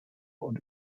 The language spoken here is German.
und